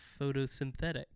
photosynthetic